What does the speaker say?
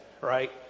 right